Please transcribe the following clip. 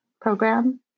program